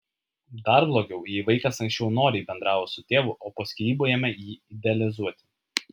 dar blogiau jei vaikas anksčiau noriai bendravo su tėvu o po skyrybų ėmė jį idealizuoti